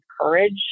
courage